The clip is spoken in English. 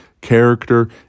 character